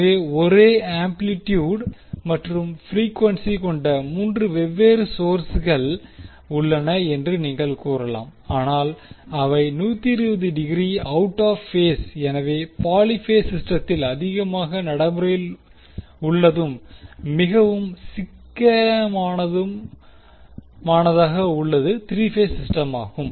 எனவே ஒரே ஆம்ப்ளிட்யூடு மற்றும் பிரீகுவென்ஸி கொண்ட 3 வெவ்வேறு சோர்ஸ்கள் உள்ளன என்று நீங்கள் கூறலாம் ஆனால் அவை 120 degree out of phase out எனவே பாலி பேஸ் சிஸ்டத்தில் அதிகமாக நடைமுறையில் உள்ளதும் மிகவும் சிக்கனமானதாக உள்ளது 3 பேஸ் சிஸ்டமாகும்